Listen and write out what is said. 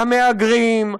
המהגרים,